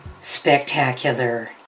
spectacular